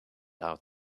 out